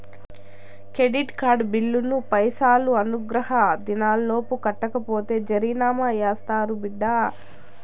credit card బిల్లులు పైసలు అనుగ్రహ దినాలలోపు కట్టకపోతే జరిమానా యాస్తారు బిడ్డా